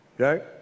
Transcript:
okay